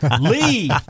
Leave